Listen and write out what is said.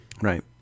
Right